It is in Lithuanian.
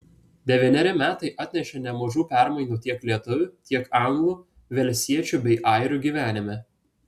devyneri metai atnešė nemažų permainų tiek lietuvių tiek anglų velsiečių bei airių gyvenime